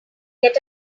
get